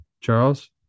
Charles